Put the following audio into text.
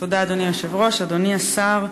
אדוני היושב-ראש, תודה, אדוני השר,